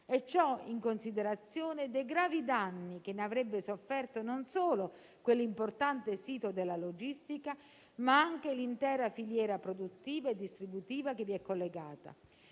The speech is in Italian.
e ciò in considerazione dei gravi danni che ne avrebbe sofferto non solo quell'importante sito della logistica, ma anche l'intera filiera produttiva e distributiva che vi è collegata.